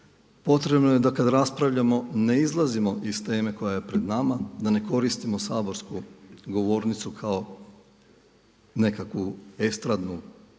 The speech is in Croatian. Potrebno je da kad raspravljamo ne izlazimo iz teme koja je pred nama, da ne koristimo saborsku govornicu kao nekakvu estradnu